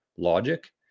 logic